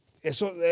eso